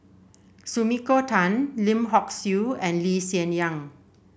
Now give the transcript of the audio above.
Sumiko Tan Lim Hock Siew and Lee Hsien Yang